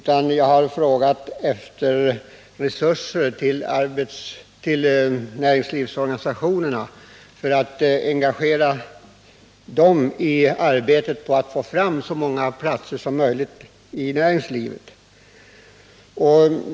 Vad jag har frågat efter är resurser till näringslivsorganisationerna för att engagera dem i arbetet på att få fram så många platser som möjligt i näringslivet för de arbetslösa.